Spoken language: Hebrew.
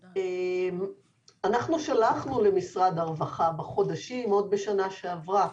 אנחנו שלחנו מסמכים למשרד הרווחה עוד בשנה שעברה,